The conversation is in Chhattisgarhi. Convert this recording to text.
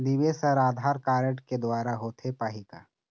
निवेश हर आधार कारड के द्वारा होथे पाही का?